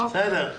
בסדר,